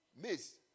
Miss